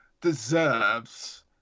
deserves